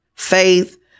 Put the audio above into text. faith